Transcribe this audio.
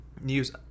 news